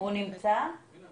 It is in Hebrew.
שלום לכם,